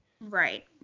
Right